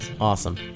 Awesome